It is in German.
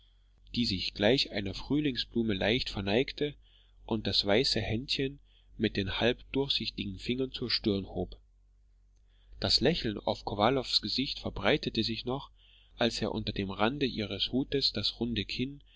die sich gleich einer frühlingsblume leicht verneigte und das weiße händchen mit den halb durchsichtigen fingern zur stirn hob das lächeln auf kowalows gesicht verbreitete sich noch als er unter dem rande ihres hutes das runde kinn